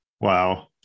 wow